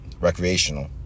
Recreational